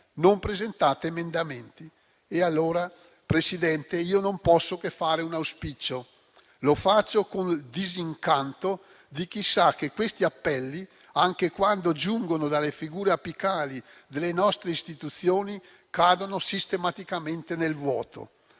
non presentate emendamenti. Allora, signor Presidente, non posso che fare un auspicio. Lo faccio con il disincanto di chi sa che questi appelli, anche quando giungono dalle figure apicali delle nostre istituzioni, cadono sistematicamente nel vuoto.